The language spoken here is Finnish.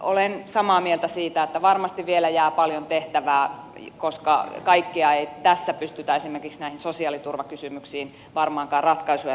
olen samaa mieltä siitä että varmasti vielä jää paljon tehtävää koska kaikkeen ei tässä pystytä esimerkiksi näihin sosiaaliturvakysymyksiin varmaankaan ratkaisuja löytämään